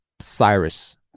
Cyrus